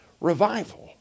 revival